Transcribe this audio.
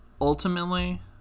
ultimately